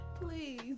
Please